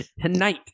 tonight